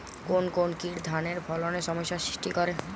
কোন কোন কীট ধানের ফলনে সমস্যা সৃষ্টি করে?